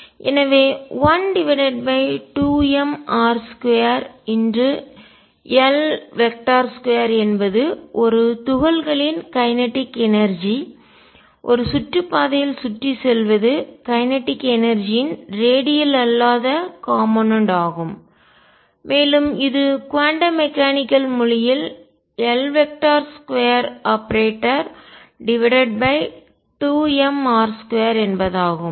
எனவே 12mr2L2 என்பது ஒரு துகள்களின் கைனட்டிக் எனர்ஜி இயக்க ஆற்றல் ஒரு சுற்றுப்பாதையில் சுற்றிச் செல்வது கைனட்டிக் எனர்ஜி ன் ரேடியல் அல்லாத காம்போனென்ட் கூறுகள் ஆகும் மேலும் இது குவாண்டம் மெக்கானிக்கல் மொழியில் L2 ஆபரேட்டர் 2mr2 என்பதாகும்